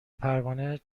پروانه